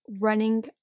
running